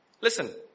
Listen